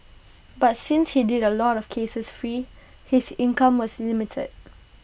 but since he did A lot of cases free his income was limited